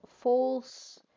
false